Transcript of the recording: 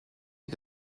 die